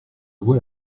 vois